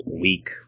weak